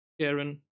Karen